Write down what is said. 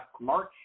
March